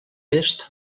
est